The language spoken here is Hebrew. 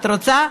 את רוצה?